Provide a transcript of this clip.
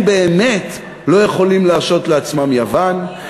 הם באמת לא יכולים להרשות לעצמם יוון,